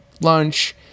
lunch